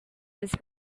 was